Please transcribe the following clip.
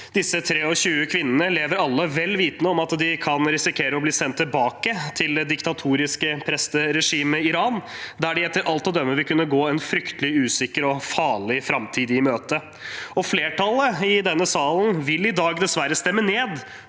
Disse 23 kvinnene lever alle vel vitende om at de kan risikere å bli sendt tilbake til det diktatoriske presteregimet i Iran, der de etter alt å dømme vil kunne gå en fryktelig usikker og farlig framtid i møte. Flertallet i denne salen vil i dag dessverre stemme ned